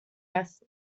است